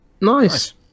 Nice